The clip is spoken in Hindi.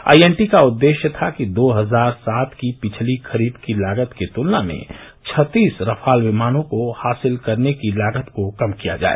आईएनटी का उद्देश्य यह था कि दो हजार सात की पिछली खरीद की लागत की तुलना में छत्तीस रफाल विमानों को हासिल करने की लागत को कम किया जाए